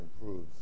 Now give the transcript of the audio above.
improves